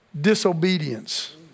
Disobedience